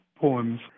poems